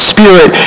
Spirit